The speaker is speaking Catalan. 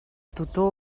tutor